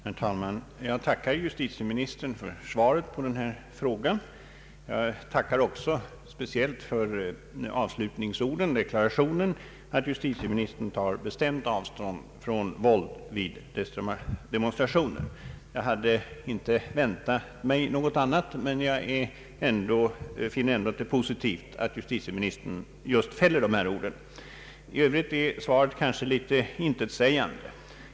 Herr talman! Jag tackar justitieministern för svaret på min fråga. Jag tackar också speciellt för avslutningsorden, alltså deklarationen att justitieministern tar bestämt avstånd från våld vid demonstrationer. Jag hade inte väntat mig något annat, men jag finner det ändå positivt att justitieministern fäller just dessa ord. I övrigt är svaret kanske litet intetsägande.